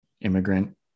immigrant